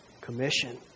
commission